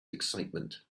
excitement